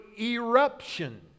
eruption